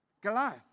Goliath